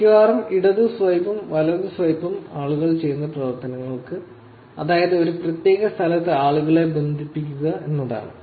മിക്കവാറും ഇടത് സ്വൈപ്പും വലത് സ്വൈപ്പും ആളുകൾ ചെയ്യുന്ന പ്രവർത്തനങ്ങൾക്ക് അതായത് ഒരു പ്രത്യേക സ്ഥലത്ത് ആളുകളെ ബന്ധിപ്പിക്കുക എന്നതാണ്